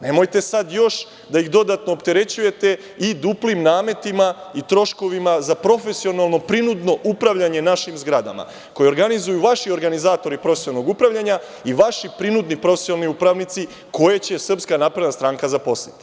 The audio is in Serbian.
Nemojte sad još da ih dodatno opterećujete i duplim nametima i troškovima za profesionalno prinudno upravljanje našim zgradama, koje organizuju vaši organizatori profesionalnog upravljanja i vaši prinudni profesionalni upravnici koje će Srpska napredna stranka zaposliti.